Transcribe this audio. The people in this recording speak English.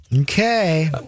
Okay